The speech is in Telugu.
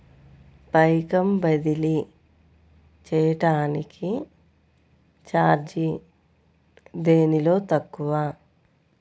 పైకం బదిలీ చెయ్యటానికి చార్జీ దేనిలో తక్కువ?